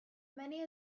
many